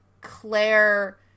claire